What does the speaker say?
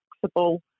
flexible